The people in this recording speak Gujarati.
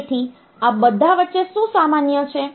તેથી આ બધા વચ્ચે શું સામાન્ય છે